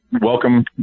welcome